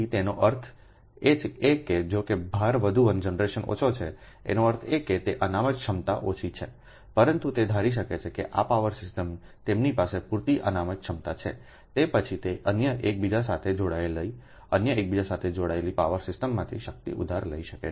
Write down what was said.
તેનો અર્થ એ કે જોકે ભાર વધુ અને જનરેશન ઓછો છેએનો અર્થ એ કે તે અનામત ક્ષમતા ઓછી છે પરંતુ તે ધારી શકે છે કે આ પાવર સિસ્ટમ તેમની પાસે પૂરતી અનામત ક્ષમતા છે તે પછી તે અન્ય એકબીજા સાથે જોડાયેલી અન્ય એકબીજા સાથે જોડાયેલી પાવર સિસ્ટમમાંથી શક્તિ ઉધાર લઈ શકે છે